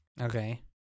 Okay